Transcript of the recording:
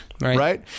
right